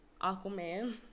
Aquaman